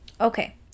Okay